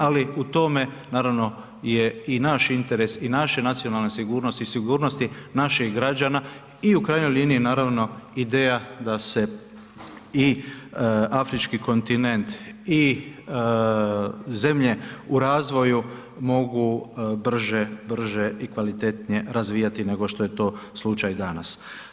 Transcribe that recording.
Ali u tome naravno je i naš interes i naša nacionalna sigurnost i sigurnost je naših građana i u krajnjoj liniji naravno ideja da se i Afrički kontinent i zemlje u razvoju mogu brže i kvalitetnije razvijati nego što je to slučaj danas.